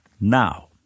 now